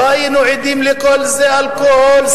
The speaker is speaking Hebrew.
לא היינו עדים לכל זה: אלכוהול,